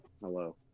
Hello